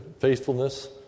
faithfulness